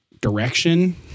direction